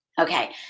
Okay